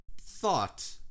thought